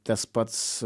tas pats